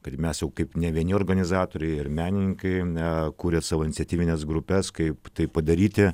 kad mes jau kaip ne vieni organizatoriai ir menininkai a kuria savo iniciatyvines grupes kaip tai padaryti